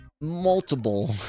multiple